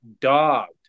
dogged